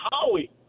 Howie